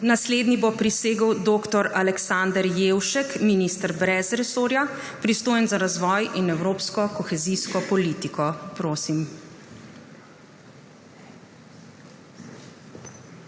Naslednji bo prisegel dr. Aleksander Jevšek, minister brez resorja, pristojen za razvoj in evropsko kohezijsko politiko. Prosim.